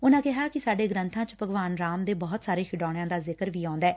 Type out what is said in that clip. ਉਨਾਂ ਕਿਹਾ ਕਿ ਸਾਡੇ ਗ੍ਰੰਬਾਂ ਵਿਚ ਭਗਵਾਨ ਰਾਮ ਦੇ ਬਹੁਤ ਸਾਰੇ ਖਿਡੌਣਿਆਂ ਦਾ ਜ਼ਿਕਰ ਵੀ ਆਉਂਦੈ